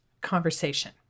conversation